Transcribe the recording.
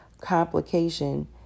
complication